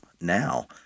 now